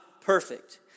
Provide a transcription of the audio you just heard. perfect